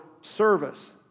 service